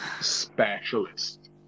specialist